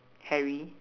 hairy